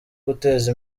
guteza